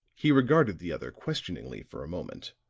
he regarded the other questioningly for a moment,